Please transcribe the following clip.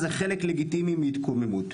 זה חלק לגיטימי מהתקוממות".